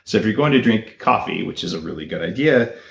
so if you're going to drink coffee, which is a really good idea,